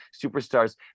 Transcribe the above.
superstars